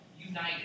united